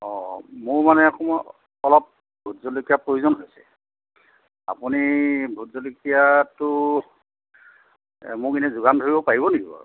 অঁ অঁ মোৰ মানে অকণমান অলপ ভোট জলকীয়া প্ৰয়োজন হৈছে আপুনি ভোট জলকীয়াটো মোক এনেই যোগান ধৰিব পাৰিব নেকি বাৰু